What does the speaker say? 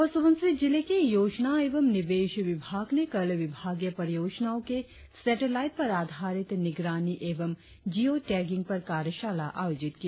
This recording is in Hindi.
अपर सुबनसिरी जिले के योजना एवं निवेश विभाग ने कल विभागीय परियोजनाओं के सेटलाईट पर आधारित निगरानी एवं जीयो टैंगिंग पर कार्यशाला आयोजित किया